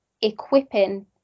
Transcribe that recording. equipping